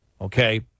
okay